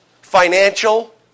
financial